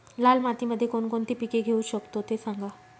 लाल मातीमध्ये कोणकोणती पिके घेऊ शकतो, ते सांगा